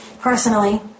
Personally